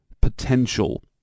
potential